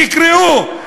תקראו.